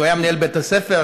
הוא היה מנהל בית ספר,